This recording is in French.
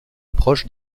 proche